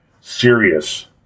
serious